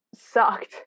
sucked